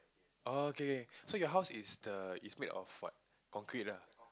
okay K so your house is the is made of what concrete ah